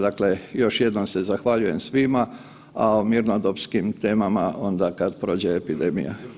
Dakle, još jednom se zahvaljujem svima, a o mirnodopskim temama onda kad prođe epidemija.